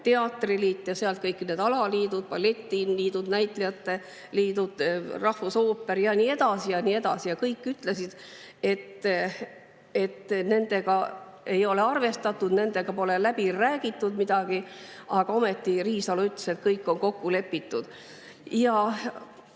teatriliit ja kõik selle alaliidud, balletiliit, näitlejate liit, rahvusooper ja nii edasi, ning kõik ütlesid, et nendega ei ole arvestatud, nendega pole läbi räägitud midagi. Ometi Riisalo ütles, et kõik on kokku lepitud. Väga